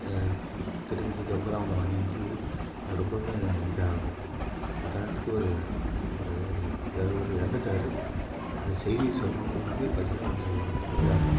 தெரிஞ்சதுக்கு அப்புறம் அவங்க வந்து அது ரொம்பவுமே இதாக ஆகும் உதாரணத்துக்கு ஒரு ஒரு ஒரு இறந்துட்டாரு அது செய்தியை சொல்லுணும்னாவே பார்த்திங்கன்னா உங்களுக்கு ரொம்பவே இதாக இருக்கும்